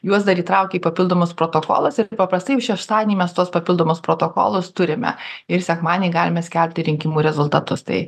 juos dar įtraukė papildomus protokolus ir paprastai jau šeštadienį mes tuos papildomus protokolus turime ir sekmadienį galime skelbti rinkimų rezultatus tai